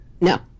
No